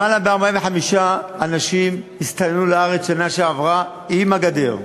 למעלה מ-45 אנשים הסתננו לארץ בשנה שעברה עם הגדר,